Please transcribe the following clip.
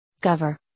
Cover